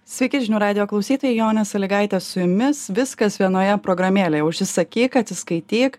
sveiki žinių radijo klausytojai jonė salygaitė su jumis viskas vienoje programėlėje užsisakyk atsiskaityk